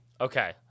Okay